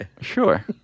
Sure